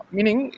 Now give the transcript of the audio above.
Meaning